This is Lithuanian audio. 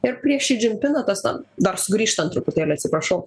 ir prieš ši džim piną dar sugrįžtant truputėlį atsiprašau